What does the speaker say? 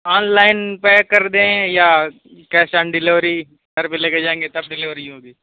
on line pay کر دیں یا کیش آن ڈیلیوری گھر پہ لے کے جائیں گے تب ڈیلیوری ہوگی